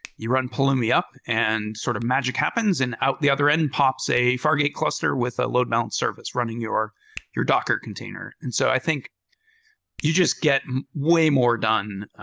you run pulling me up and sort of magic happens and out the other end pops a fargate cluster with a load balance service running your your docker container. and so i think you just get way more done.